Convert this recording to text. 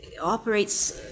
operates